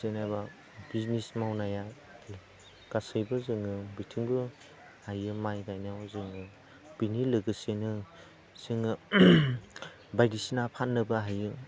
जेनेबा बिजनेस मावनाया गासैबो जोङो बेथिंबो हायो माइ गायनायाव जोङो बेनि लोगोसेनो जोङो बायदिसिना फाननोबो हायो